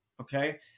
okay